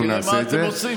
אנחנו נעשה את זה.